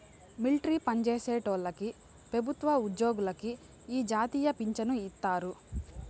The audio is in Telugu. మిలట్రీ పన్జేసేటోల్లకి పెబుత్వ ఉజ్జోగులకి ఈ జాతీయ పించను ఇత్తారు